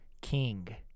king